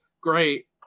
Great